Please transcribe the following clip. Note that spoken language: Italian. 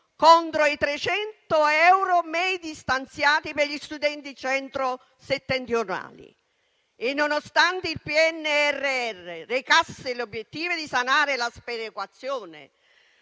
contro i 300 euro medi stanziati per gli studenti centro-settentrionali. Nonostante il PNRR recasse l'obiettivo di sanare la sperequazione